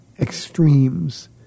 extremes